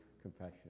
confession